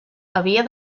havia